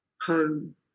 home